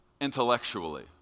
intellectually